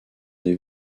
des